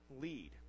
lead